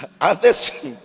Others